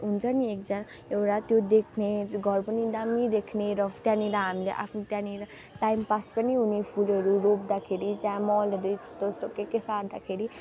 हुन्छ नि एकजना एउटा त्यो देख्ने घर पनि दामी देख्ने र त्यहाँनिर हामीले आफ्नो त्यहाँनिर टाइम पास पनि हुने फुलहरू रोप्दाखेरि त्यहाँ मलहरू यस्तो यस्तो के के सार्दाखेरि